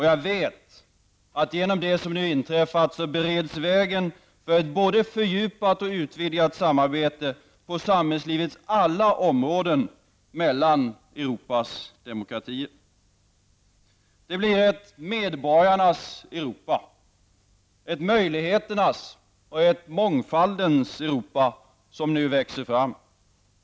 Jag vet att genom det som nu har inträffat bereds vägen för ett både fördjupat och utvidgat samarbete på samhällslivets alla områden mellan Europas demokratier. Det blir ett medborgarnas Europa -- ett möjligheternas och mångfaldens Europa -- som nu växer fram.